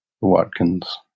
Watkins